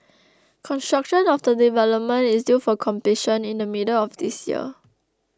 construction of the development is due for completion in the middle of this year